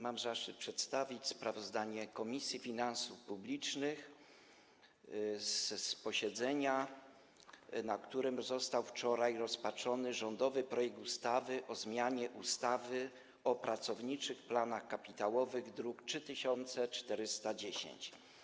Mam zaszczyt przedstawić sprawozdanie Komisji Finansów Publicznych z wczorajszego posiedzenia, na którym został rozpatrzony rządowy projekt ustawy o zmianie ustawy o pracowniczych planach kapitałowych, druk nr 3410.